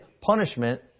punishment